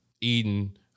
Eden